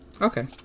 Okay